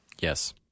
Yes